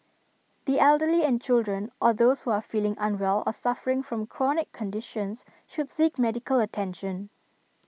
the elderly and children or those who are feeling unwell or suffering from chronic conditions should seek medical attention